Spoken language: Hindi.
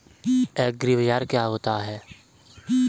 एग्रीबाजार क्या होता है?